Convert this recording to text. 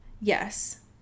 yes